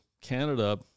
Canada